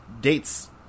dates